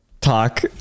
Talk